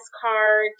card